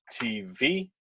TV